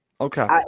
Okay